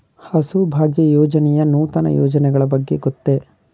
ಹಸುಭಾಗ್ಯ ಯೋಜನೆಯ ನೂತನ ಯೋಜನೆಗಳ ಬಗ್ಗೆ ಗೊತ್ತೇ?